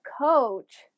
coach